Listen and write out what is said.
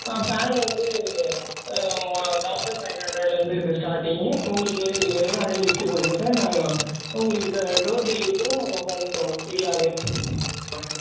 fan வந்து thousand five ஹண்ட்ரட்லேந்து இருக்குது ஸ்டார்ட்டிங்கு உங்களுக்கு எது வேணும்ன்னு அப்படியே லிஸ்ட்டு கொடுங்க சார் நாங்கள் உங்களுக்கு டோ டோர் டெலிவரி கூட நாங்கள் பண்ணுறோம் ஃப்ரீயாகவே